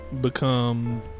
become